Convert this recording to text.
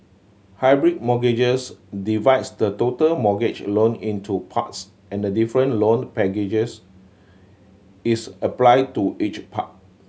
hybrid mortgages divides the total mortgage loan into parts and a different loan packages is applied to each part